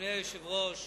אדוני היושב-ראש,